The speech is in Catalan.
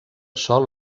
sol